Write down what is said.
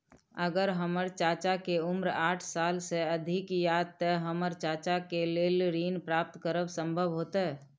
अगर हमर चाचा के उम्र साठ साल से अधिक या ते हमर चाचा के लेल ऋण प्राप्त करब संभव होएत?